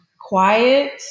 quiet